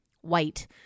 white